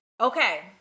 Okay